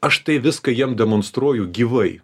aš tai viską jiem demonstruoju gyvai